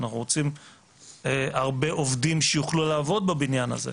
אנחנו רוצים הרבה עובדים שיוכלו לעבוד בבניין הזה,